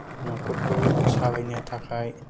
न'खरखौ सालायनो थाखाय